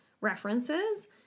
references